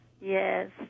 Yes